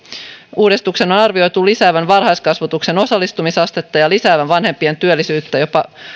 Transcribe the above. uudistuksen on arvioitu lisäävän varhaiskasvatuksen osallistumisastetta ja lisäävän vanhempien työllisyyttä jopa